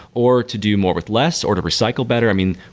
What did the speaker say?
or to do more with less, or to recycle better. i mean,